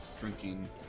drinking